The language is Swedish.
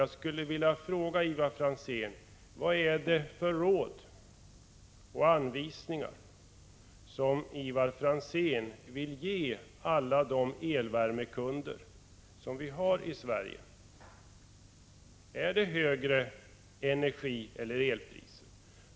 Jag skulle vilja fråga: Vad är det för råd och anvisningar som Ivar Franzén vill ge alla de elvärmekunder som finns i Sverige? Blir det högre energieller elpriser?